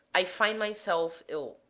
i find myself ill